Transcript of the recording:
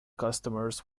customs